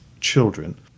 children